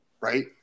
Right